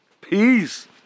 Peace